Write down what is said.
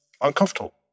uncomfortable